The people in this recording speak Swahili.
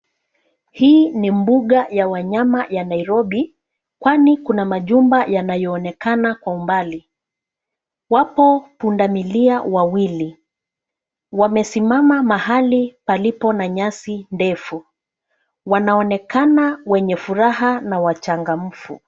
Hii ni mbuga ya wanyama ya Nairobi, kwani kuna majumba yanayoonekana kwa umbali. Wapo pundamilia wawili, wamesimama mahali palipo na nyasi ndefu. Wanaonekana wenye furaha na wachangamfu.